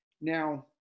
Now